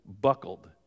buckled